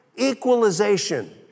equalization